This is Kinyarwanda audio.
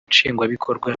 nshingwabikorwa